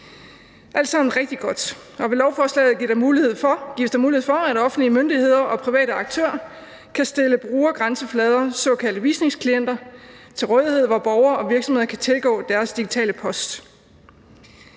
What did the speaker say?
alt sammen rigtig godt, og med lovforslaget gives der mulighed for at offentlige myndigheder og private aktører kan stille brugergrænseflader, såkaldte visningsklienter, til rådighed, hvor borgere og virksomheder kan tilgå deres digitale post.